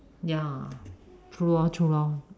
ya true lor true lor